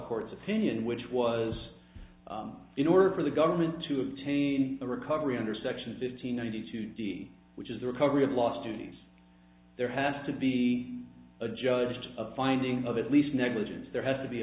court's opinion which was in order for the government to obtain a recovery under section fifty ninety two d which is the recovery of lost earnings there has to be adjudged a finding of at least negligence there has to be a